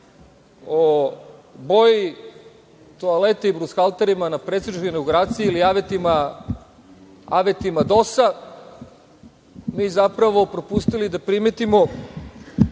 o boji toalete i brushalterima na predsedničkoj inauguraciji ili avetima DOS propustili da primetimo